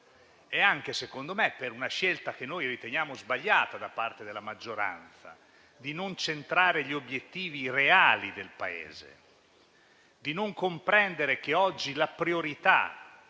e anche, secondo me, per una scelta che riteniamo sbagliata da parte della maggioranza: quella di non centrare gli obiettivi reali del Paese, di non comprendere che oggi la priorità